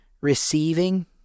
receiving